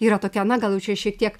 yra tokia na gal jau čia šiek tiek